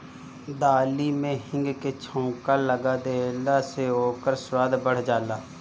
दाली में हिंग के छौंका लगा देहला से ओकर स्वाद बढ़ जाला